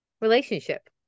relationship